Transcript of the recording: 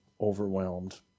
overwhelmed